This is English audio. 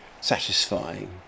satisfying